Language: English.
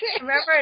Remember